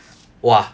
!wah!